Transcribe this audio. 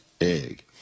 egg